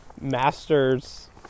master's